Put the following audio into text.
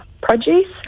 produce